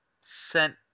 sent